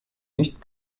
nicht